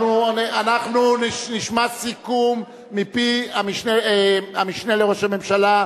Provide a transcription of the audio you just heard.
אנחנו נשמע סיכום מפי המשנה לראש הממשלה,